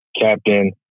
captain